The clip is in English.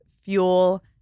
fuel